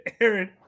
Aaron